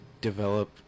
develop